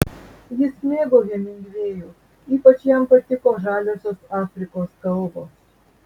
jis mėgo hemingvėjų ypač jam patiko žaliosios afrikos kalvos